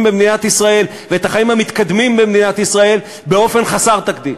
במדינת ישראל ואת החיים המתקדמים במדינת ישראל באופן חסר תקדים.